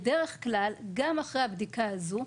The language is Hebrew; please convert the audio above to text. בדרך כלל, גם אחרי הבדיקה הזאת,